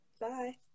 bye